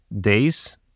days